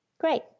Great